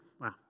Wow